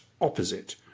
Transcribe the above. opposite